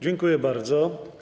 Dziękuję bardzo.